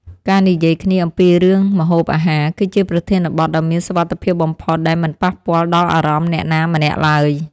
ការនិយាយគ្នាអំពីរឿងម្ហូបអាហារ គឺជាប្រធានបទដ៏មានសុវត្ថិភាពបំផុតដែលមិនប៉ះពាល់ដល់អារម្មណ៍អ្នកណាម្នាក់ឡើយ។